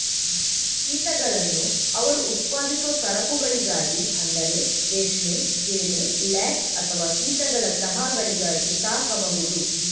ಕೀಟಗಳನ್ನು ಅವರು ಉತ್ಪಾದಿಸುವ ಸರಕುಗಳಿಗಾಗಿ ಅಂದರೆ ರೇಷ್ಮೆ, ಜೇನು, ಲ್ಯಾಕ್ ಅಥವಾ ಕೀಟಗಳ ಚಹಾಗಳಿಗಾಗಿ ಸಾಕಬಹುದು